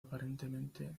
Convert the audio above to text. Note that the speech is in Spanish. aparentemente